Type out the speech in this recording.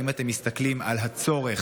אם אתם מסתכלים על הצורך,